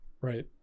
right